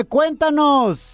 Cuéntanos